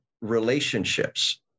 relationships